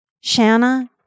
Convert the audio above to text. Shanna